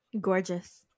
Gorgeous